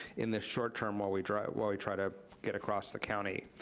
in this short term while we drive, while we try to get across the county.